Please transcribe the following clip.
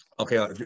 okay